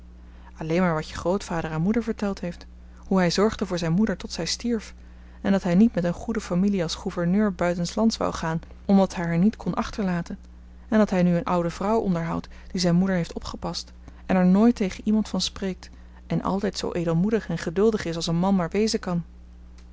alleen maar wat je grootvader aan moeder verteld heeft hoe hij zorgde voor zijn moeder tot zij stierf en dat hij niet met een goede familie als gouverneur buitenslands wou gaan omdat hij haar niet kon achterlaten en dat hij nu een oude vrouw onderhoudt die zijn moeder heeft opgepast en er nooit tegen iemand van spreekt en altijd zoo edelmoedig en geduldig is als een man maar wezen kan